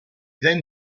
then